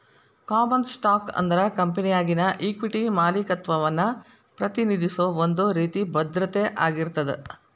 common stock ಅಂದ್ರ ಕಂಪೆನಿಯಾಗಿನ equity ಮಾಲೇಕತ್ವವನ್ನ ಪ್ರತಿನಿಧಿಸೋ ಒಂದ್ ರೇತಿ ಭದ್ರತೆ ಆಗಿರ್ತದ